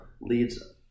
leads